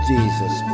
Jesus